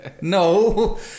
no